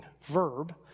verb